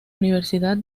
universidad